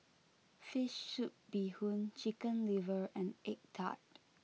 Fish Soup Bee Hoon Chicken Liver and Egg Tart